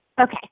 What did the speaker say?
Okay